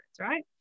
right